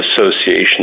association